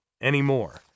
anymore